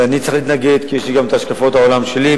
ואני צריך להתנגד, כי יש לי גם השקפות העולם שלי.